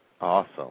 Awesome